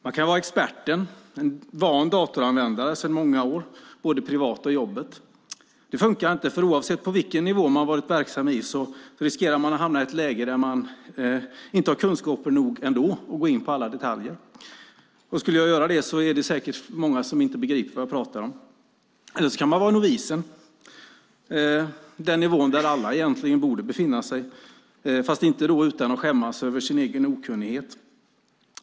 Man kan vara experten, en van datoranvändare sedan många år, både privat och på jobbet. Men det funkar inte, för oavsett på vilken nivå man varit verksam riskerar man att hamna i ett läge där man ändå inte har kunskaper nog att gå in på alla detaljer. Och skulle man göra det ändå är det säkert många som inte begriper vad man pratar om. Man kan vara novisen, den nivå där alla egentligen borde befinna sig, fast inte utan att skämmas över sin egen okunnighet.